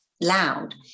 loud